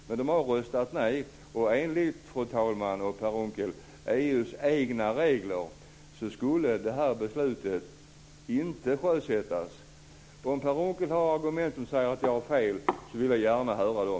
Men man har röstat nej, och enligt EU:s egna regler, fru talman och Per Unckel, skulle det här beslutet inte sjösättas. Om Per Unckel har argument som säger att jag har fel vill jag gärna höra dem.